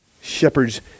Shepherds